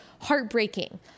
heartbreaking